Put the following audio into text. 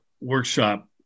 workshop